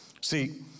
See